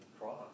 cross